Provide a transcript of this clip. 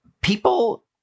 people